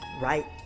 right